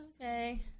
Okay